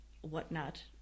whatnot